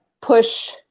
push